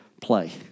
play